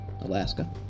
Alaska